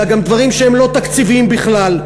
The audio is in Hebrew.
אלא גם דברים שהם לא תקציביים בכלל.